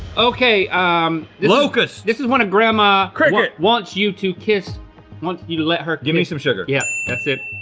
okay, um locusts! this is when a grandma cricket. wants you to kiss wants you to let her kiss gimme some sugar. yeah. that's it.